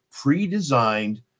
pre-designed